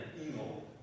evil